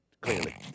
clearly